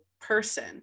person